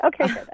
okay